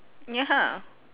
ya